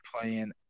playing